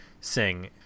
sing